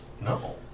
No